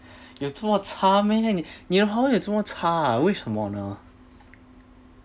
有这么差咩你的华文有这么差啊为什么呢